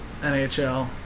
NHL